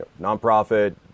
nonprofit